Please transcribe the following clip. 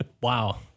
Wow